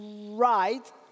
right